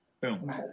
Boom